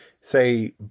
say